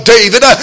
David